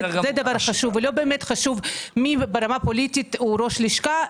זה דבר חשוב ולא באמת חשוב מי ברמה הפוליטית הוא ראש הלשכה.